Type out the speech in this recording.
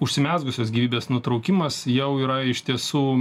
užsimezgusios gyvybės nutraukimas jau yra iš tiesų